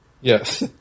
Yes